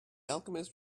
alchemist